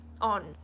on